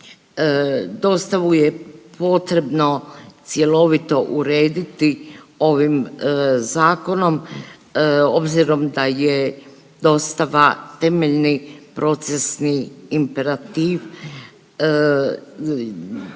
Dostavu je potrebno cjeloviti urediti ovim zakonom, obzirom da je dostava temeljni procesni imperativ